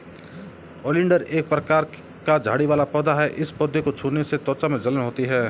oleander एक प्रकार का झाड़ी वाला पौधा है इस पौधे को छूने से त्वचा में जलन होती है